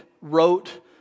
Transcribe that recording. wrote